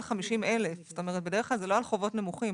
50,000 כלומר בדרך כלל זה לא על חובות נמוכים.